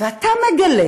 ואתה מגלה